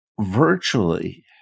Virtually